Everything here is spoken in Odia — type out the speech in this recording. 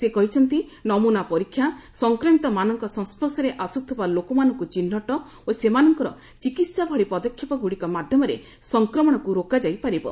ସେ କହିଛନ୍ତି ନମୁନା ପରୀକ୍ଷା ସଂକ୍ରମିତମାନଙ୍କ ସଂସ୍କର୍ଶରେ ଆସୁଥିବା ଲୋକମାନଙ୍କୁ ଚିହ୍ନଟ ଓ ସେମାନଙ୍କର ଚିକିତ୍ସା ଭଳି ପଦକ୍ଷେପ ଗୁଡ଼ିକ ମାଧ୍ୟମରେ ସଂକ୍ରମଣକୁ ରୋକାଯାଇ ପାରିବ